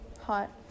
hot